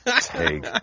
Take